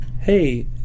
Hey